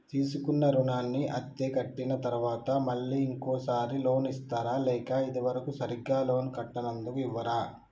తీసుకున్న రుణాన్ని అత్తే కట్టిన తరువాత మళ్ళా ఇంకో సారి లోన్ ఇస్తారా లేక ఇది వరకు సరిగ్గా లోన్ కట్టనందుకు ఇవ్వరా?